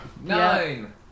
Nine